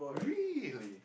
really